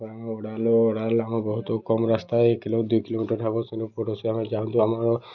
ଓଡ଼ାଲ ଓଡ଼ାଲ ଆମ ବହୁତ କମ୍ ରାସ୍ତା ଏକ କିଲୋ ଦୁଇ କିଲୋମିଟର୍ ହବ ସେନ ପଡ଼ୋଶୀ ଆମେ ଯାଆନ୍ତୁ ଆମ